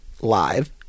live